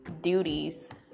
duties